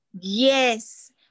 Yes